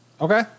Okay